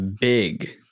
big